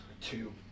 two